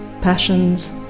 passions